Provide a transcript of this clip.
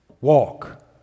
Walk